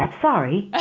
ah sorry,